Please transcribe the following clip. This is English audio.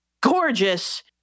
gorgeous